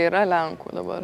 yra lenkų dabar